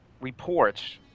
reports